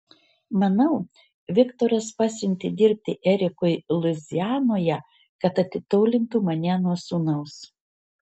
manau viktoras pasiuntė dirbti erikui luizianoje kad atitolintų mane nuo sūnaus